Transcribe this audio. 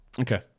Okay